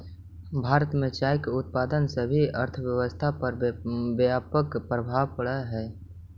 भारत में चाय के उत्पादन के भी अर्थव्यवस्था पर व्यापक प्रभाव पड़ऽ हइ